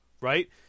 right